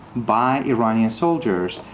by iranian soldiers,